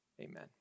Amen